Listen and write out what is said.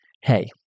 hey